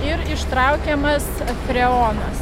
ir ištraukiamas freonas